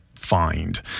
find